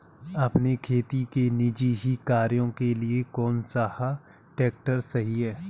अपने खेती के निजी कार्यों के लिए कौन सा ट्रैक्टर सही है?